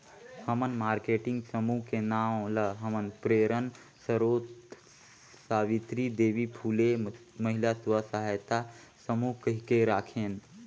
हमन मारकेटिंग समूह के नांव ल हमर प्रेरन सरोत सावित्री देवी फूले महिला स्व सहायता समूह कहिके राखेन